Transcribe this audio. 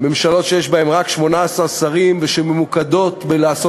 ממשלות שיש בהן רק 18 שרים ושממוקדות בלעשות